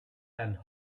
and